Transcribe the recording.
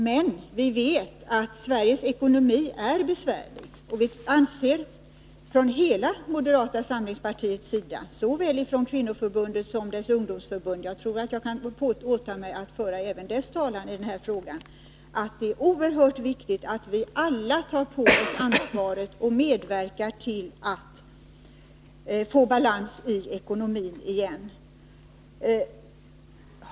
Men vi vet att Sveriges ekonomi är besvärlig, och vi anser från hela moderata samlingspartiets sida — det gäller såväl kvinnoförbundet som ungdomsförbundet; jag tror att jag kan åta mig att föra även det senares talan i den här frågan — att det är oerhört viktigt att vi alla tar vårt ansvar och medverkar till att få balans i ekonomin igen.